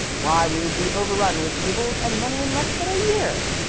why, we would be overrun with pupils and money in less than a year.